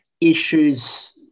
issues